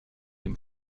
dem